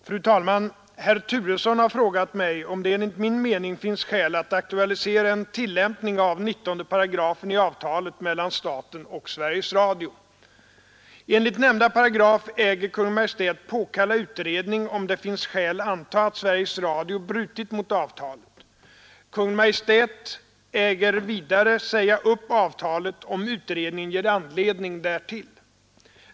Fru talman! Herr Turesson har frågat mig om det enligt min mening finns skäl att aktualisera en tillämpning av 19 § i avtalet mellan staten och Sveriges Radio. Enligt nämnda paragraf äger Kungl. Maj:t påkalla utredning om det finns skäl anta att Sveriges Radio brutit mot avtalet. Kungl. Maj:t äger vidare säga upp avtalet, om utredningen ger anledning därtill.